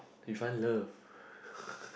you find love